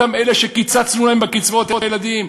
אותם אלה שקיצצנו להם בקצבאות הילדים,